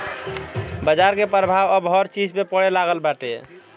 बाजार के प्रभाव अब हर चीज पे पड़े लागल बाटे